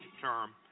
term